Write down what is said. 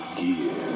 gear